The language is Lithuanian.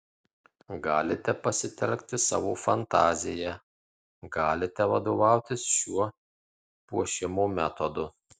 galite pasitelkti savo fantaziją galite vadovautis šiuo puošimo metodu